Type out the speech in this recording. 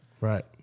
Right